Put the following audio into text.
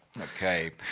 Okay